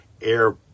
air